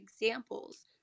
examples